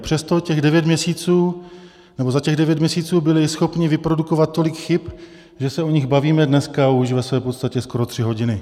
A přesto těch devět měsíců, nebo za těch devět měsíců byli schopni vyprodukovat tolik chyb, že se o nich bavíme dneska už v podstatě skoro tři hodiny.